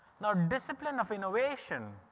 now discipline of innovation,